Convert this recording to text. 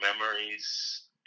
memories